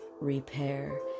repair